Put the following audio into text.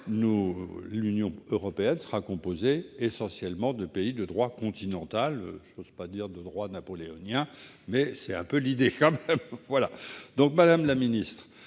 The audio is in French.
l'Union européenne sera composée essentiellement de pays de droit continental- je n'ose pas dire de droit napoléonien, mais c'est un peu l'idée ... Madame la ministre,